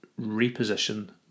reposition